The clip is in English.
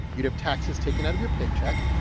you'd have taxes taken out of your paycheck,